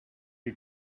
you